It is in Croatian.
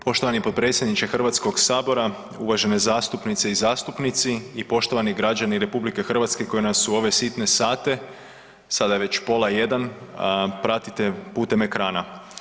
Poštovani potpredsjedniče Hrvatskog sabora, uvažene zastupnice i zastupnici i poštovani građani RH koji nas u ove sitne sate, sada je već pola jedan pratite putem ekrana.